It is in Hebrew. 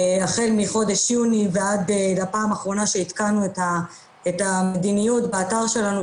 החל מחודש יוני ועד הפעם האחרונה שעדכנו את המדיניות באתר שלנו,